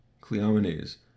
Cleomenes